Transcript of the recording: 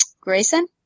Grayson